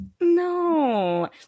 No